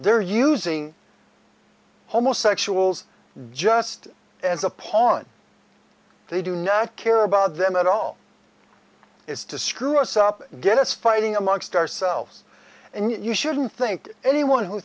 they're using homosexuals just as a pawn they do not care about them at all is to screw us up and get us fighting amongst ourselves and you shouldn't think anyone who